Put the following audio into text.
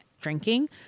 Drinking